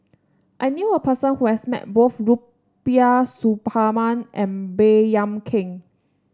I knew a person who has met both Rubiah Suparman and Baey Yam Keng